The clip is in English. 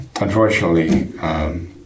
unfortunately